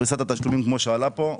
פריסת התשלומים כמו שעלה פה.